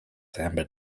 samba